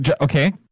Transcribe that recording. Okay